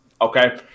Okay